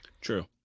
True